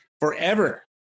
forever